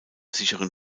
sicheren